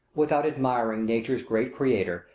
without admiring nature's great creator,